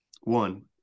one